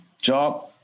job